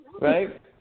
Right